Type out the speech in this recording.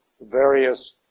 various